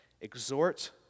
Exhort